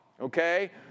okay